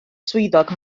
swyddog